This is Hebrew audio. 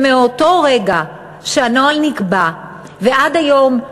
שמאותו רגע שהנוהל נקבע ועד היום,